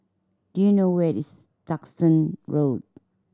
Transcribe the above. do you know where is Duxton Road